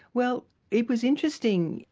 well it was interesting.